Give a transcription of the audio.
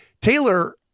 Taylor